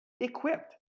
equipped